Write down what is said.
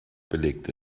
belegt